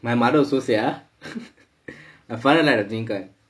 my mother also sia my father like rajinikanth